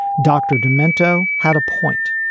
dr. demento had a point.